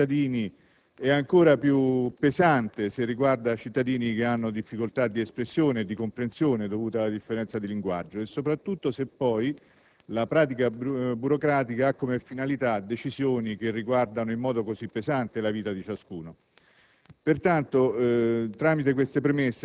Questa difficoltà, che tocca tutti i cittadini, è ancora più pesante se riguarda persone che hanno difficoltà di espressione e di comprensione dovute alla differenza di linguaggio e, soprattutto, se la pratica burocratica ha come finalità decisioni che riguardano in modo così pesante la vita di ciascuno.